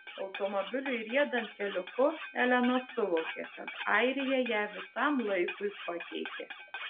automobiliui riedant keliuku elena suvokė kad airija ją visam laikui pakeitė